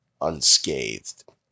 unscathed